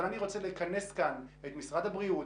אבל אני רוצה לכנס כאן את משרד הבריאות,